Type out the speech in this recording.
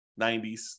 90s